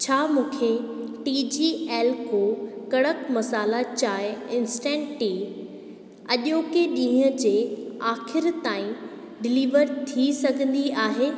छा मूंखे T G L को कड़क मसाल्हा चांहि इंस्टेंट टी अॼोके ॾींहं जे आख़िरि ताईं डिलीवर थी सघंदी आहे